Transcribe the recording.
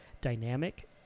dynamic